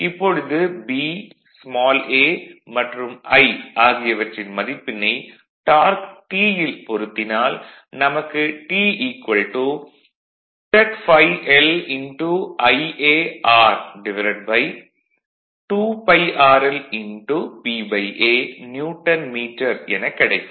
இப்பொழுது B a மற்றும் I ஆகியவற்றின் மதிப்பினை டார்க் T ல் பொருத்தினால் நமக்கு T Z∅lIar2πrlPA நியூட்டன் மீட்டர் எனக் கிடைக்கும்